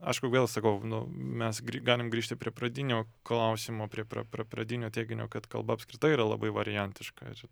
aišku vėl sakau nu mes gr galim grįžti prie pradinio klausimo prie pra pra pradinio teiginio kad kalba apskritai yra labai variantiška ir